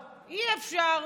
אי-אפשר.